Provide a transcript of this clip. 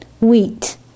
Wheat